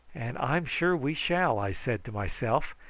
and i'm sure we shall, i said to myself,